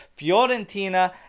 Fiorentina